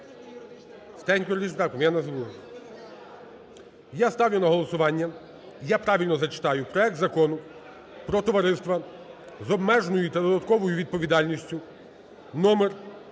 Я ставлю на голосування (я правильно зачитаю) проект Закону про товариства з обмеженою та додатковою відповідальністю (№